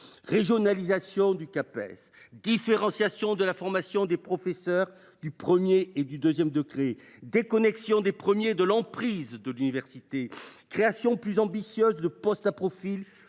second degré (Capes) ; différenciation de la formation des professeurs du premier et du second degrés ; déconnexion des premiers de l’emprise de l’université, création plus ambitieuse de postes à profils,